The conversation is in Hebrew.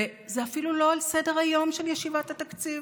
וזה אפילו לא על סדר-היום של ישיבת התקציב.